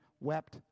wept